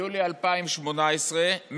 ביולי 2018,